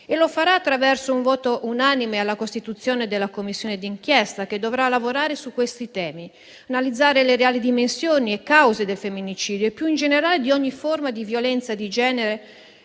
Lo farà attraverso un voto unanime per l'istituzione della Commissione d'inchiesta che dovrà lavorare su questi temi, analizzare le reali dimensioni e cause dei femminicidio e più in generale di ogni forma di violenza di genere,